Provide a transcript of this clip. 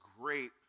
great